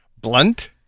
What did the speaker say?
Blunt